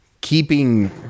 keeping